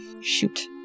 Shoot